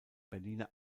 berliner